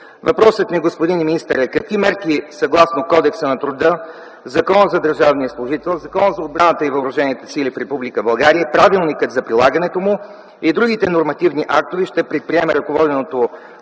Въпросът ми, господин министър, е: какви мерки съгласно Кодекса на труда, Закона за държавния служител, Закона за отбраната и въоръжените сили на Република България и Правилника за прилагането му, и другите нормативни актове ще предприеме ръководеното